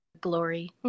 glory